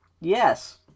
Yes